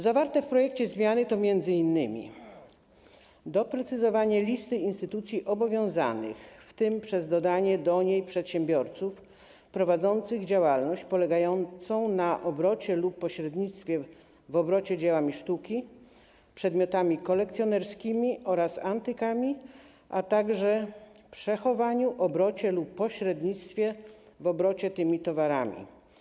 Zawarte w projekcie zmiany to m.in. doprecyzowanie listy instytucji obowiązanych, w tym przez dodanie do niej przedsiębiorców prowadzących działalność polegającą na obrocie lub pośrednictwie w obrocie dziełami sztuki, przedmiotami kolekcjonerskimi oraz antykami, a także przechowaniu, obrocie lub pośrednictwie w obrocie tymi towarami.